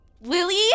Lily